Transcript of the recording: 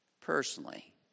Personally